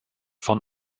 von